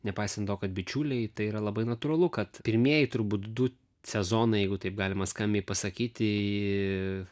nepaisant to kad bičiuliai tai yra labai natūralu kad pirmieji turbūt du sezonai jeigu taip galima skambiai pasakyti